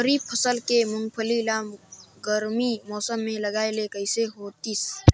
खरीफ फसल के मुंगफली ला गरमी मौसम मे लगाय ले कइसे होतिस?